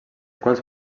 quals